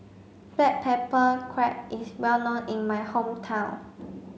black pepper crab is well known in my hometown